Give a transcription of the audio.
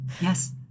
Yes